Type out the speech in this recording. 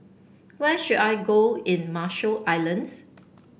where should I go in Marshall Islands